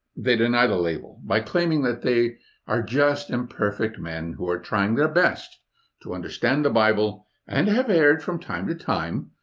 they deny the label by claiming that they are just imperfect men who are trying their best to understand the bible and have erred from time to time,